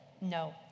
No